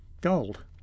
gold